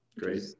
Great